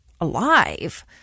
alive